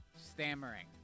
Stammering